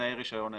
תנאי רישיון העסק,